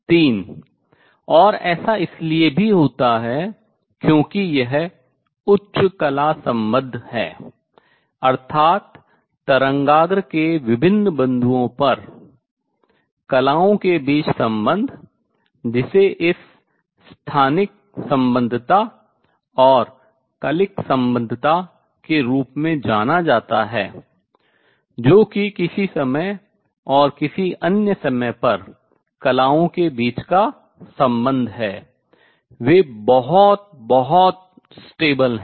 तीन और ऐसा इसलिए भी होता है क्योंकि यह उच्च कला सम्बद्ध है अर्थात तरंगाग्र के विभिन्न बिंदुओं पर कलाओं के बीच संबंध जिसे इस स्थानिक संबद्धता और कालिक संबद्धता के रूप में जाना जाता है जो कि किसी समय और किसी अन्य समय पर कलाओं के बीच का संबंध है वे बहुत बहुत स्थिर हैं